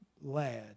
lad